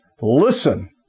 Listen